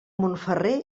montferrer